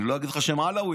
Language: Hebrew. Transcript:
אני לא אגיד לך שהם עלווים,